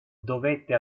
dovette